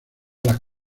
las